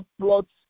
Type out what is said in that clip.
plots